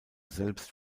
selbst